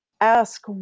ask